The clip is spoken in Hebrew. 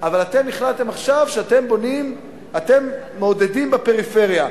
אבל אתם החלטתם עכשיו שאתם מעודדים בפריפריה.